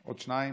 עוד שניים: